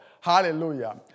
Hallelujah